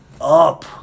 up